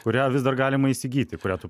kurią vis dar galima įsigyti kurią tu